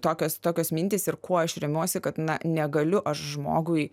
tokios tokios mintys ir kuo aš remiuosi kad na negaliu aš žmogui